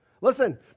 Listen